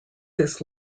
this